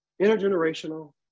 intergenerational